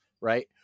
right